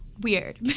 weird